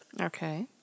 Okay